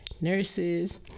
nurses